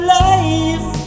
life